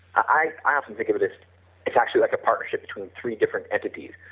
i often think of this, its actually like a partnership between three different entities,